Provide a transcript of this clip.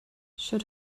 sut